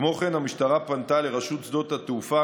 כמו כן המשטרה פנתה לרשות שדות התעופה,